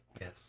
Yes